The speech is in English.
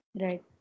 Right